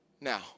now